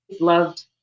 loved